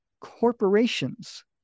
corporations